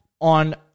on